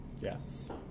yes